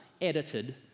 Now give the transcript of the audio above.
edited